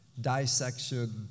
dissection